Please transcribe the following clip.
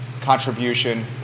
contribution